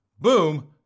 Boom